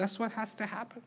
that's what has to happen